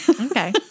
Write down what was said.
Okay